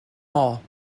all